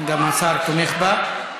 וגם השר תומך בה,